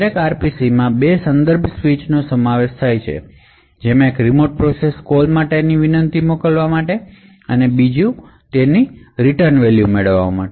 દરેક RPC માં બે કોંટેક્સ્ટ સ્વિચનો સમાવેશ થાય છે જેમાં એક રીમોટ પ્રોસેસ કોલ માટે વિનંતી મોકલવા માટે અને બીજો એક રીટર્ન વેલ્યુ મેળવવા માટે